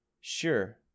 Sure